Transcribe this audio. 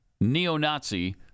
neo-Nazi